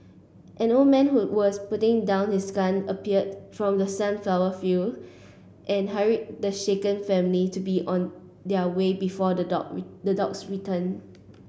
an old man who was putting down his gun appeared from the sunflower field and hurried the shaken family to be on their way before the dog the dogs return